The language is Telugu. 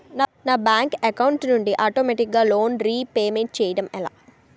నా బ్యాంక్ అకౌంట్ నుండి ఆటోమేటిగ్గా లోన్ రీపేమెంట్ చేయడం ఎలా?